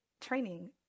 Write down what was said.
training